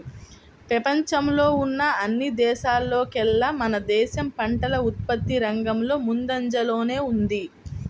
పెపంచంలో ఉన్న అన్ని దేశాల్లోకేల్లా మన దేశం పంటల ఉత్పత్తి రంగంలో ముందంజలోనే ఉంది